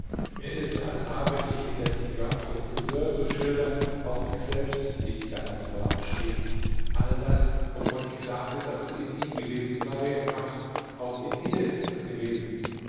mir ist als habe ich indes ich glaubte den friseur zu schildern auch mich selbst wie ich damals war beschrieben all das wovon ich sagte daß es in ihm gewesen sei o gott auch in mir ist es gewesen